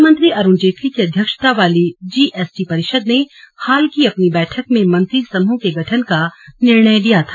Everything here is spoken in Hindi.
वित्तमंत्री अरुण जेटली की अध्यक्षता वाली जीएसंटी परिषद ने हाल की अपनी बैठक में मंत्रिसमूह के गठन का निर्णय लिया था